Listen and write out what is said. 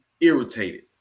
irritated